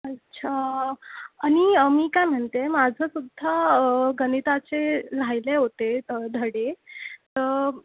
अच्छा आणि मी काय म्हणते माझं सुद्धा गणिताचे राहिले होते धडे तर